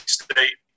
State